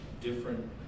different